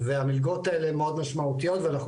והמלגות האלה הן מאוד משמעותיות ואנחנו